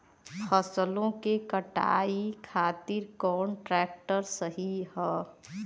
फसलों के कटाई खातिर कौन ट्रैक्टर सही ह?